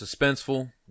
suspenseful